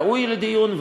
ראוי לדיון,